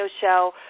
show